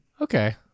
okay